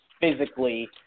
physically –